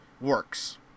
works